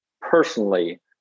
personally